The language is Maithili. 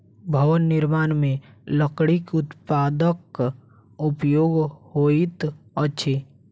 भवन निर्माण मे लकड़ीक उत्पादक उपयोग होइत अछि